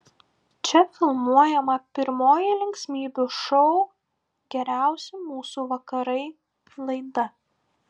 čia filmuojama pirmoji linksmybių šou geriausi mūsų vakarai laida